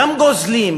גם גוזלים,